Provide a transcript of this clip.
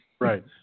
Right